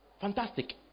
fantastic